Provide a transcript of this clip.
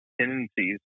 tendencies